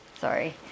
sorry